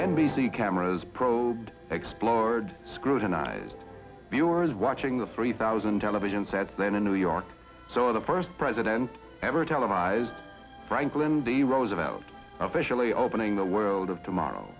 c cameras probed explored scrutinised viewers watching the three thousand television set then in new york saw the first president ever televised franklin d roosevelt officially opening the world of tomorrow